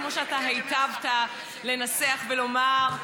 כמו שאתה היטבת לנסח ולומר,